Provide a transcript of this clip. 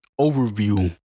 overview